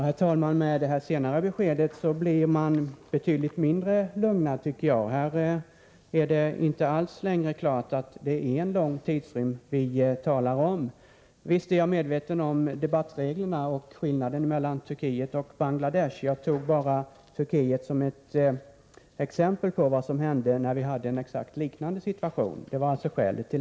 Herr talman! Efter detta senare besked känner jag mig betydligt mindre lugnad. Det är inte längre klart att det är en lång tidrymd som vi talar om. Visst är jag medveten om debattreglerna och skillnaderna mellan Turkiet och Bangladesh. Jag tog bara Turkiet som exempel på vad som hände när vi hade en exakt likadan situation. Det var alltså skälet.